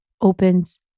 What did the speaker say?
opens